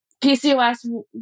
PCOS